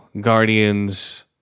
Guardians